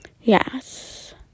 yes